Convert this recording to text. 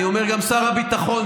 אני אומר גם שר הביטחון,